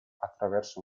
attraverso